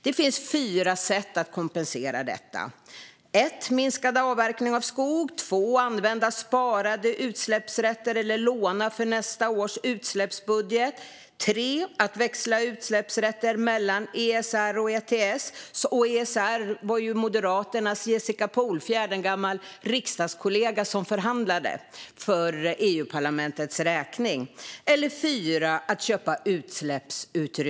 Det finns fyra sätt att kompensera detta: minskad avverkning av skog att använda sparade utsläppsrätter eller att låna för nästa års utsläppsbudget att växla utsläppsrätter mellan ESR och ETS att köpa utsläppsutrymme från andra länder. ESR var det ju Moderaternas Jessica Polfjärd, en gammal riksdagskollega, som förhandlade om för EU-parlamentets räkning.